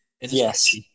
Yes